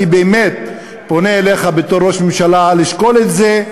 אני באמת פונה אליך בתור ראש ממשלה לשקול את זה.